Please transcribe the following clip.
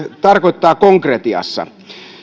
tarkoittaa konkretiassa